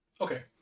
Okay